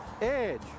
Edge